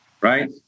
right